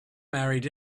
married